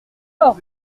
mort